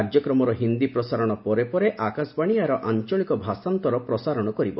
କାର୍ଯ୍ୟକ୍ରମର ହିନ୍ଦୀ ପ୍ରସାରଣ ପରେ ପରେ ଆକାଶବାଶୀ ଏହାର ଆଞ୍ଚଳିକ ଭାଷାନ୍ତର ପ୍ରସାରଣ କରିବ